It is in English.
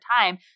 time